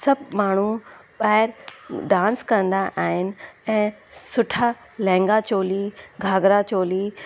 सभु माण्हू ॿाहिरि डांस कंदा आहिनि ऐं सुठा लहंगा चोली घाघरा चोली